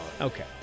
Okay